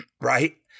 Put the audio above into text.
right